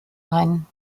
ein